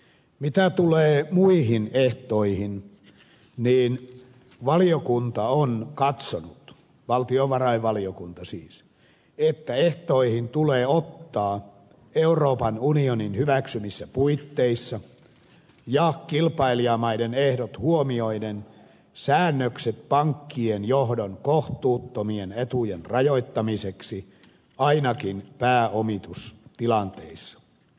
mitä tulee muihin ehtoihin valtiovarainvaliokunta on katsonut että ehtoihin tulee ottaa euroopan unionin hyväksymissä puitteissa ja kilpailijamaiden ehdot huomioiden säännökset pankkien johdon kohtuuttomien etujen rajoittamiseksi ainakin pääomitustilanteissa